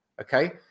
Okay